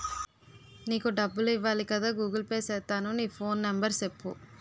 నీకు డబ్బులు ఇవ్వాలి కదా గూగుల్ పే సేత్తాను నీ ఫోన్ నెంబర్ సెప్పు